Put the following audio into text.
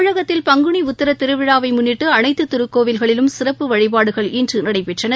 தமிழகத்தில் பங்குனி உத்திர திருவிழாவை முன்னிட்டு அனைத்து திருக்கோவில்களிலும் சிறப்பு வழிபாடுகள் இன்று நடைபெற்றன